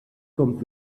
kommt